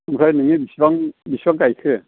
ओमफ्राय नोङो बेसेबां बेसेबां गायखो